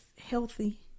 healthy